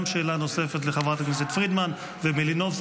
גם שאלה נוספת לחברות הכנסת פרידמן ומלינובסקי,